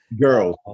Girls